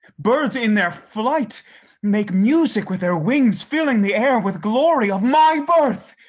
birds in their flight make music with their wings, filling the air with glory of my birth!